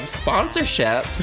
sponsorship